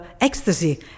ecstasy